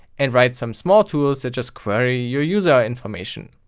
and write some small tools, that just query your user's information